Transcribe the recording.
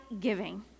giving